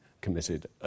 committed